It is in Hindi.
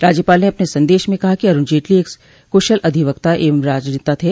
राज्यपाल ने अपने सन्देश में कहा कि अरूण जेटली एक कुशल अधिवक्ता एवं राजनेता थे